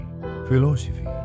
philosophy